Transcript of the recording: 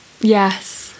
Yes